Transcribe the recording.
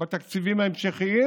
בתקציבים ההמשכיים,